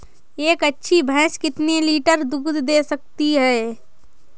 एक अच्छी भैंस कितनी लीटर दूध दे सकती है?